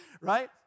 right